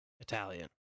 Italian